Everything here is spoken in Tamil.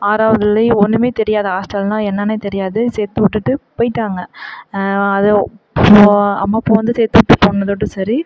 ஆறாவதுலேயும் ஒன்றுமே தெரியாது ஹாஸ்டல்னால் என்னன்னே தெரியாது சேர்த்து விட்டுட்டு போயிட்டாங்க அது போ அம்மா போனது சேர்த்து விட்டு போனதோடு சரி